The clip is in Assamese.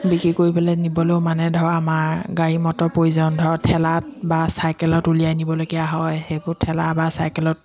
বিক্ৰী কৰিবলে নিবলৈও মানে ধৰক আমাৰ গাড়ী মটৰ প্ৰয়োজন ধৰ ঠেলাত বা চাইকেলত উলিয়াই নিবলগীয়া হয় সেইবোৰ ঠেলা বা চাইকেলত